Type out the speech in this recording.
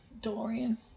Dorian